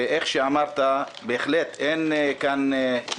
ואיך שאמרת, בהחלט, אין כאן לא